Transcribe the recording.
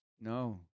no